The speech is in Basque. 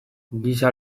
giza